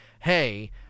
hey